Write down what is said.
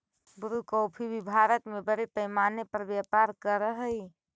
Bru coffee भी भारत में बड़े पैमाने पर व्यापार करअ हई